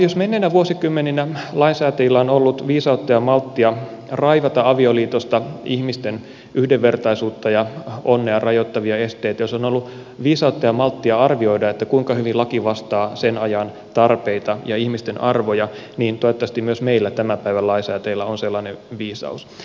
jos menneinä vuosikymmeninä lainsäätäjillä on ollut viisautta ja malttia raivata avioliitosta ihmisten yhdenvertaisuutta ja onnea rajoittavia esteitä ja jos on ollut viisautta ja malttia arvioida kuinka hyvin laki vastaa sen ajan tarpeita ja ihmisten arvoja niin toivottavasti myös meillä tämän päivän lainsäätäjillä on sellainen viisaus